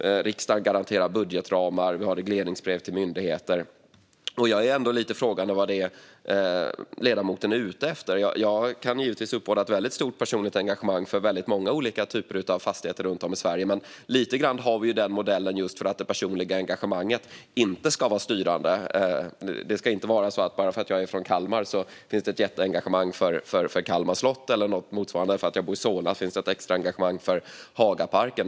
Riksdagen garanterar budgetramar, och det finns regleringsbrev till myndigheter. Jag ställer mig fortfarande frågan vad ledamoten är ute efter. Jag kan givetvis uppbåda ett stort personligt engagemang för många olika typer av fastigheter runt om i Sverige, men vi har modellen just för att det personliga engagemanget inte ska vara styrande. Det ska inte vara så att bara för att jag är från Kalmar finns det ett jätteengagemang för Kalmar slott eller något motsvarande eller att bara för att jag bor i Solna finns det ett extra engagemang för Hagaparken.